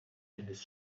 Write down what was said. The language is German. eines